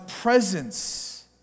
presence